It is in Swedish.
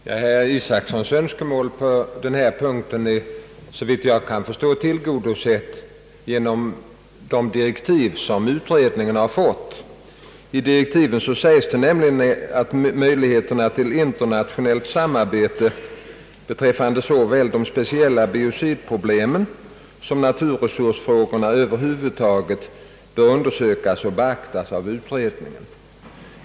Herr talman! Herr Isacsons önskemål på denna punkt är såvitt jag förstår tillgodosett genom de direktiv som utredningen har fått. I direktiven sägs nämligen, att möjligheterna till internationellt samarbete beträffande såväl de speciella biocidproblemen som naturresursfrågorna över huvud taget bör undersökas och beaktas av utredningen.